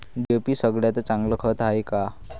DAP सगळ्यात चांगलं खत हाये का?